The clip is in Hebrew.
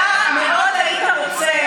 אתה מאוד היית רוצה,